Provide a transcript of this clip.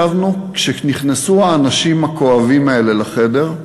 כשנכנסו האנשים הכואבים האלה לחדר,